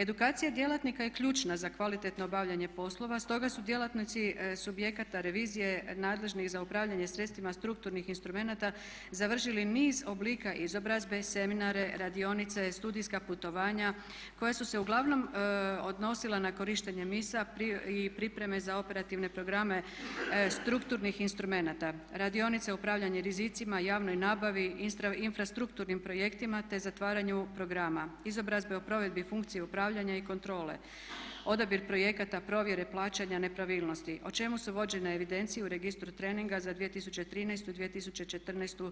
Edukacija djelatnika je ključna za kvalitetno obavljanje poslova stoga su djelatnici subjekata revizije nadležnih za upravljanje sredstvima strukturnih instrumenata završili niz oblika izobrazbe, seminare, radionice, studijska putovanja koja su se uglavnom odnosila na korištenje … i pripreme za operativne programe strukturnih instrumenata, radionice upravljanja rizicima, javnoj nabavi, infrastrukturnim projektima te zatvaranju programa, izborazbe o provedbi funkcije i upravljanja i kontrole odabir projekata provjere plaćanja nepravilnosti o čemu su vođene evidencije u registru treninga za 2013., 2014.